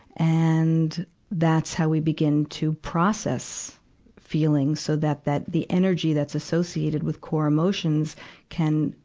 and that's how we begin to process feelings, so that that, the energy that's associated with core emotions can,